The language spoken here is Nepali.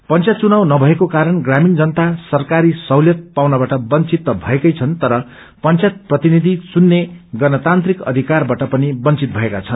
पंचायत चुनाव नभएको कारण प्रामीण जनता सरकारी सहुलियत पाउनबाट वंधित त भएकै छन् तर पंचायत प्रतिनिधि घुन्ने गणतान्त्रिक अधिकारबाट पनि वंधित भएका छन्